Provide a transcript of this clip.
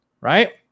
Right